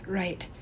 right